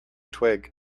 twig